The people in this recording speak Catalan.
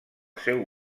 seu